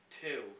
Two